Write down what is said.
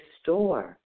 store